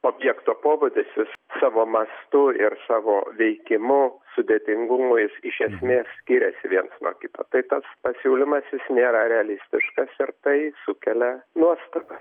objekto pobūdis jis savo mastu ir savo veikimu sudėtingumais iš esmės skiriasi viens nuo kito tai tas pasiūlymas jis nėra realistiškas ir tai sukelia nuostabą